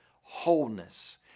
wholeness